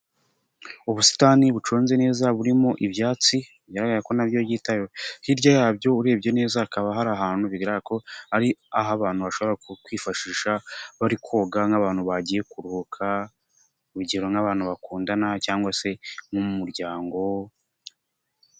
Ubusitani bucunze neza burimo ibyatsi bigaragara ko nabyo byitaweho hirya yabyo urebye neza hakaba hari ahantu bigaragara ko ari aho abantu bashobora kwifashisha bari koga nk'abantu bagiye kuruhuka urugero nk'abantu bakundana cyangwa se mu muryango.